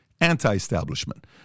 anti-establishment